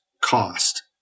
cost